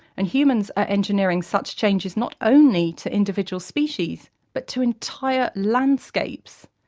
and humans are engineering such changes not only to individual species, but to entire landscapes.